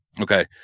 Okay